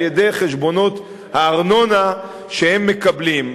על-ידי חשבונות הארנונה שהם מקבלים.